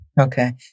Okay